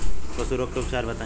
पशु रोग के उपचार बताई?